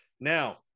Now